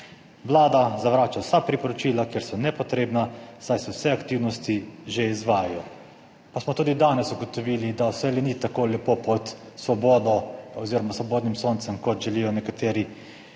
Vlada zavrača vsa priporočila, ker so nepotrebna, saj se vse aktivnosti že izvajajo. Pa smo tudi danes ugotovili, da vse le ni tako lepo pod svobodo oziroma svobodnim soncem, kot želijo nekateri